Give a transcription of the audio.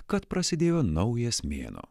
kad prasidėjo naujas mėnuo